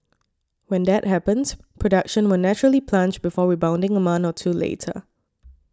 when that happens production will naturally plunge before rebounding a month or two later